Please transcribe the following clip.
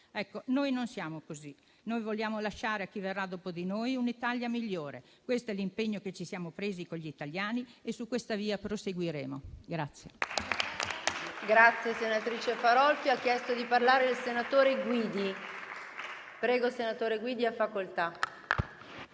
Ecco, noi non siamo così; noi vogliamo lasciare a chi verrà dopo di noi un'Italia migliore. Questo è l'impegno che ci siamo presi con gli italiani e su questa via proseguiremo.